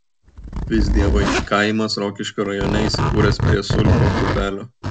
visdievai kaimas rokiškio rajone įsikūręs prie sulpio upelio